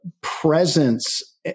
presence